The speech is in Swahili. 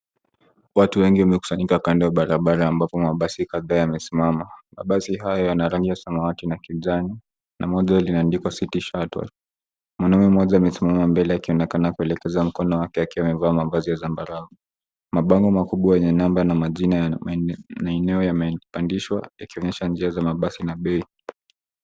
Watu wengi wamekusanyika kando ya barabara ambapo mabasi kadhaa yamesimama, Mabasi haya yana rangi ya samawati na kijani na moja limeandikwa city shuttle. Mwanaume mmoja amesimama mbele yake anaonekana kuelekeza mkono wake akiwa amevaa mavazi ya zambarau. Mabango makubwa yenye namba na majina ya maeneo yamepandishwa yakionyesha njia za mabasi na bei.